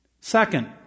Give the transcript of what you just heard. Second